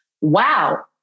wow